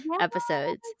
episodes